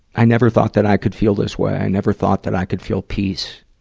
i never thought that i could feel this way. i never thought that i could feel peace,